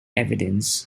evidence